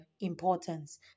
importance